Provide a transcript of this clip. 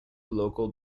local